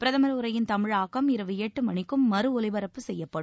பிரதமர் உரையின் தமிழாக்கம் இரவு எட்டு மணிக்கும் மறுஒலிபரப்பு செய்யப்படும்